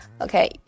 okay